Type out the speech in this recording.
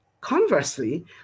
Conversely